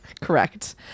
correct